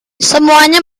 semuanya